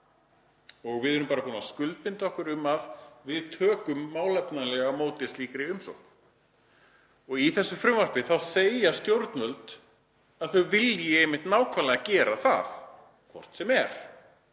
og við erum bara búin að skuldbinda okkur til að taka málefnalega á móti slíkri umsókn. Í þessu frumvarpi segja stjórnvöld að þau vilji gera nákvæmlega það hvort sem er,